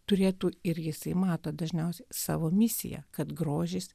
turėtų ir jisai mato dažniausiai savo misiją kad grožis